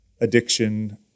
addiction